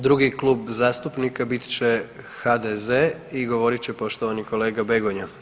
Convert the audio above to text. Drugi klub zastupnika bit će HDZ i govorit će poštovani kolega Begonja.